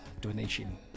donation